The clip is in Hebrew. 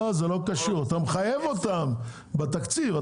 לא, זה לא קשור, אתה מחייב אותם בתקציב.